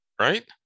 right